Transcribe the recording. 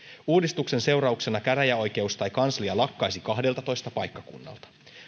uudistuksen seurauksena käräjäoikeus tai kanslia lakkaisi kahdeltatoista paikkakunnalta